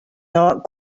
not